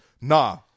Nah